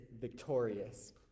victorious